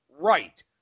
right